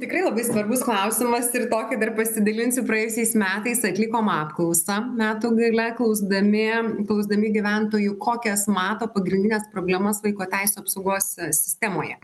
tikrai labai svarbus klausimas ir tokį dar pasidalinsiu praėjusiais metais atlikom apklausą metų gale klausdami klausdami gyventojų kokias mato pagrindines problemas vaiko teisių apsaugos sistemoje